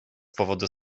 powodu